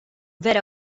vera